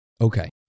Okay